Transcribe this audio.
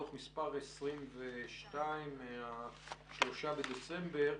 דוח מספר 22 מ-3 לדצמבר,